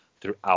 throughout